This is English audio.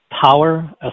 power